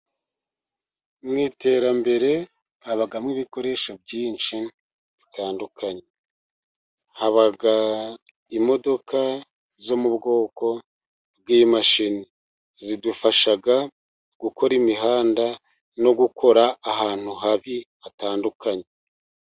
Mu iterambere habamo ibikoresho byinshi bitandukanye, haba imodoka zo mu bwoko bw'imashini, zidufasha gukora imihanda, no gukora ahantu habi hatandukanye.